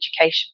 education